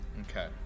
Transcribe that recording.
Okay